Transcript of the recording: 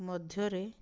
ମଧ୍ୟରେ